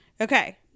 Okay